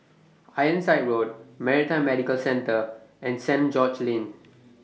Ironside Road Maritime Medical Centre and St George's Lane